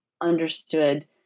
understood